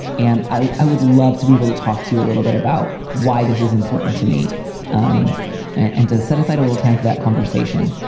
and i i would love to be able to talk to you a little bit about why this is important to me um and and to set aside a little time for that conversation.